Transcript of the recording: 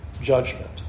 judgment